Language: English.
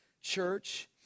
church